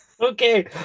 Okay